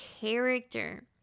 character